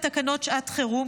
באשר לתקנות שעת חירום,